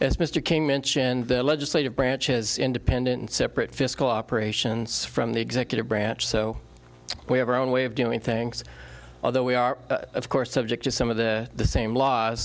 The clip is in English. as mr king mentioned the legislative branch as independent separate fiscal operations from the executive branch so we have our own way of doing things although we are of course subject to some of the same laws